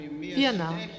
Vienna